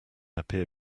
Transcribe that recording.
appear